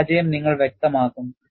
പരാജയം നിങ്ങൾ വ്യക്തമാക്കുന്നു